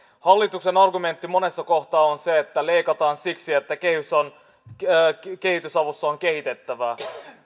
hallituksen argumentti monessa kohtaa on se että leikataan siksi että kehitysavussa on kehitettävää